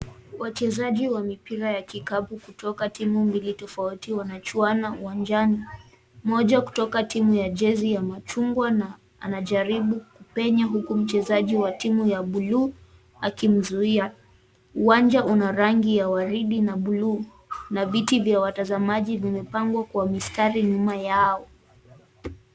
Wachezaji wa mpira wa kikapu kutoka timu mbili tofauti wanachuana uwanjani. Mmoja kutoka timu ya jezi ya machungwa na anajaribu kupenya huku mchezaji wa timu ya buluu akimzuia. Uwanja una rangi ya waridi na buluu na viti vya watazamaji vimepangwa kwa mstari nyuma yao.